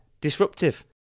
disruptive